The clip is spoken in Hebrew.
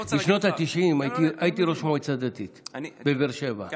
בשנות התשעים הייתי ראש מועצה דתית בבאר שבע,